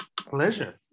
Pleasure